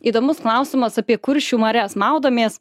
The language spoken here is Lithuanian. įdomus klausimas apie kuršių marias maudomės